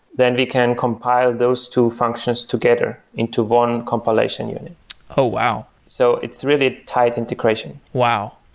then we can compile those two functions together into one compilation unit oh, wow! so it's really a tight integration. wow!